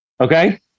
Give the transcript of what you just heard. Okay